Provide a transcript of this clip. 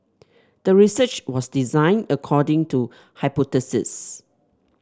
the research was designed according to hypothesis